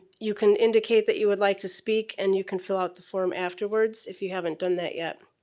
you can indicate that you would like to speak and you can fill out the form afterwards if you haven't done that yet.